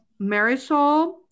Marisol